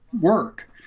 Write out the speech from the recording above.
work